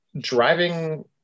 driving